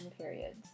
periods